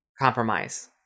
compromise